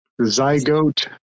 Zygote